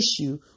issue